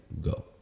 go